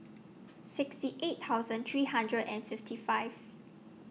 sixty eight thousand three hundred and fifty five